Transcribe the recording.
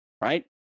right